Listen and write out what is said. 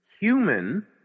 human